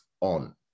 on